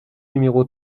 numéro